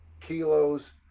kilos